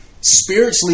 spiritually